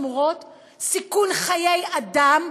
סיכון חיי אדם,